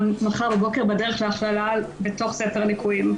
מחר בבוקר בדרך להכללה בתוך ספר הליקויים.